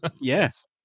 yes